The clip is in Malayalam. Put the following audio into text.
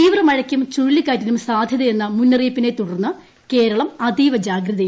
തീവ്ര മഴയ്ക്കും ചുഴലിക്കാറ്റിനും സാധൃതയെന്ന മുന്നറിയിപ്പിനെ തുടർന്ന് കേരളം അതീവ ജാഗ്രതയിൽ